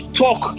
talk